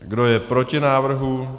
Kdo je proti návrhu?